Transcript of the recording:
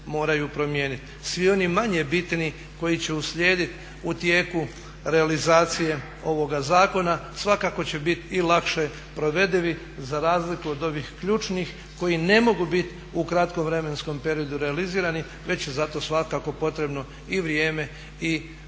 Svi oni manje bitni koji će uslijedit u tijeku realizacije ovoga zakona svakako će bit i lakše provedivi za razliku od ovih ključnih koji ne mogu biti u kratkom vremenskom periodu realizirani, već je zato svakako potrebno i vrijeme i doista